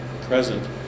present